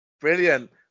Brilliant